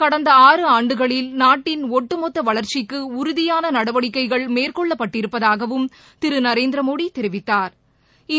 கடந்த ஆறு ஆண்டுகளில் நாட்டின் ஒட்டுமொத்த வளர்ச்சிக்கு உறுதியான நடவடிக்கைகள் மேற்கொள்ளப்பட்டிருப்பதாகவும் திரு நரேந்திரமோடி தெரிவித்தாா்